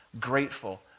grateful